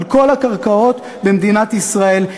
על כל הקרקעות במדינת ישראל.